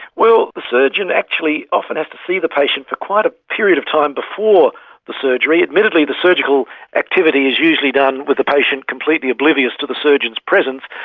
well, the surgeon actually often has to see the patient for quite a period of time before the surgery. admittedly the surgical activity is usually done with the patient completely oblivious to the surgeon's presence,